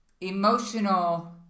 emotional